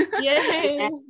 Yay